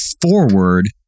forward